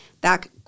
back